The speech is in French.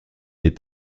les